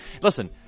Listen